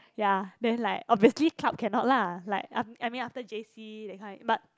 ya then like obviously club cannot lah like aft~ I mean after j_c that kind but